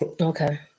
Okay